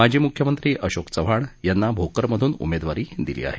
माजी मुख्यमंत्री अशोक चव्हाण यांना भोकरमधून उमेदवारी दिली आहे